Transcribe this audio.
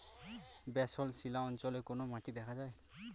Basalt শিলা অঞ্চলে কোন মাটি দেখা যায়?